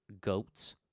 goats